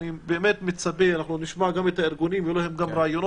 אני באמת מצפה אנחנו נשמע גם את הארגונים ויהיו להם גם רעיונות,